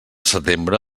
setembre